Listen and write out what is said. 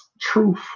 truth